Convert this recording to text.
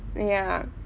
ya